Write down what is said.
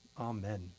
Amen